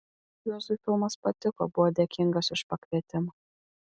juozui filmas patiko buvo dėkingas už pakvietimą